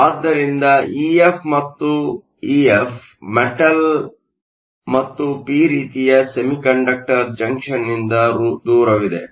ಆದ್ದರಿಂದ ಇಎಫ್ ಮತ್ತು EF metal ಮತ್ತು ಪಿ ರೀತಿಯ ಸೆಮಿಕಂಡಕ್ಟರ್ ಜಂಕ್ಷನ್ನಿಂದ ದೂರವಿದೆ